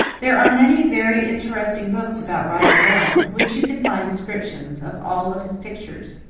there are many very interesting books about raphael in which you can find descriptions of all of his pictures.